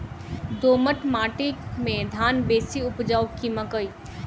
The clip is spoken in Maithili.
दोमट माटि मे धान बेसी उपजाउ की मकई?